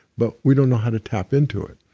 but we don't know how to tap into it.